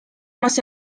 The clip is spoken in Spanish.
más